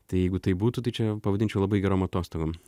tai jeigu taip būtų tai čia pavadinčiau labai gerom atostogom